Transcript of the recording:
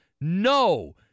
No